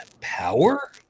power